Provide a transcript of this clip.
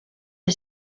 the